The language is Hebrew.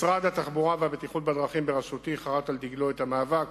משרד התחבורה והבטיחות בדרכים בראשותי חרת על דגלו את המאבק